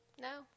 No